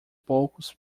poucos